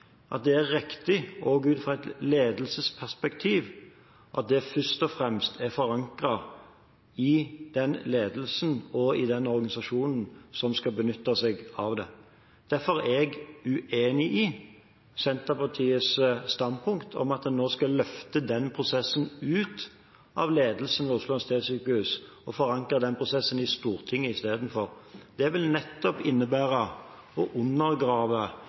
ut fra et ledelsesperspektiv, at det først og fremst er forankret i den ledelsen og i den organisasjonen som skal benytte seg av det. Derfor er jeg uenig i Senterpartiets standpunkt om at en nå skal løfte den prosessen ut av ledelsen ved Oslo universitetssykehus og forankre den prosessen i Stortinget istedenfor. Det vil innebære nettopp å undergrave